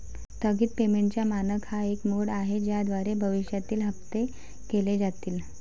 स्थगित पेमेंटचा मानक हा एक मोड आहे ज्याद्वारे भविष्यातील हप्ते केले जातील